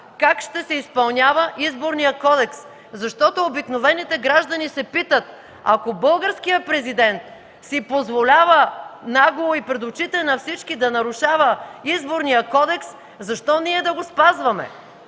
как ще се изпълнява Изборният кодекс, защото обикновените граждани се питат: „Ако българският Президент си позволява нагло и пред очите на всички да нарушава Изборния кодекс, защо ние да го спазваме?”.